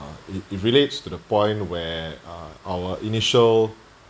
uh it it relates to the point where uh our initial